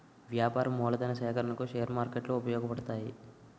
వ్యాపార మూలధన సేకరణకు షేర్ మార్కెట్లు ఉపయోగపడతాయి